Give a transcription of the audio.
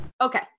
Okay